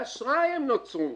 באשראי הן נוצרו.